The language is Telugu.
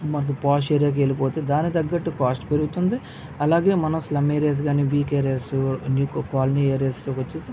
మళ్ళీ పోష్ ఏరియాకి వెళ్ళిపోతే దానికి తగ్గట్టు కాస్ట్ పెరుగుతుంది అలాగే మన స్లమ్ ఏరియాస్ కానీ వీక్ ఏరియాస్ ఇంక కాలనీ ఏరియాస్లోకి వస్తే